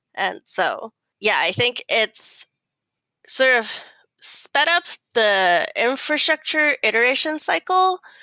and so yeah, i think it's sort of spin up the infrastructure iteration cycle.